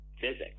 physics